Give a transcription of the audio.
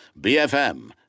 BFM